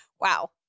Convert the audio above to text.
Wow